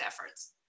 efforts